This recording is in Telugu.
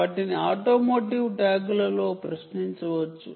వాటిని ఆటోమోటివ్ ట్యాగ్లలో ఇంటరాగేట్ చేయబడుతాయి